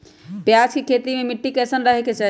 प्याज के खेती मे मिट्टी कैसन रहे के चाही?